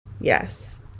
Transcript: Yes